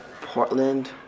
Portland